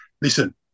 Listen